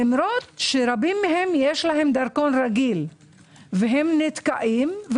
למרות שרבים מהם יש להם דרכון רגיל והם נתקעים,